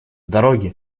дороги